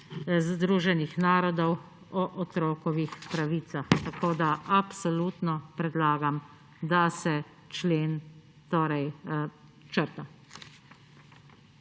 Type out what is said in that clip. Združenih narodov o otrokovih pravicah. Tako absolutno predlagam, da se člen torej